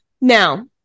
Now